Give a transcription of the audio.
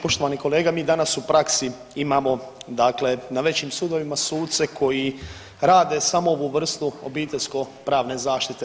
Poštovani kolega mi danas u praksi imamo dakle na većim sudovima suce koji rade samo ovu vrstu obiteljsko pravne zaštite.